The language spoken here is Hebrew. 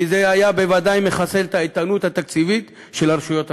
כי זה היה בוודאי מחסל את האיתנות התקציבית של הרשויות המקומיות.